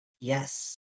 yes